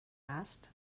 asked